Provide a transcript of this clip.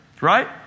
Right